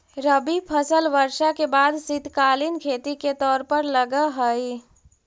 रबी फसल वर्षा के बाद शीतकालीन खेती के तौर पर लगऽ हइ